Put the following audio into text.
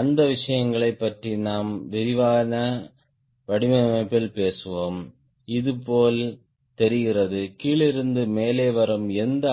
அந்த விஷயங்களைப் பற்றி நாம் விரிவான வடிவமைப்பில் பேசுவோம் இது போல் தெரிகிறது கீழிருந்து மேலே வரும் எந்த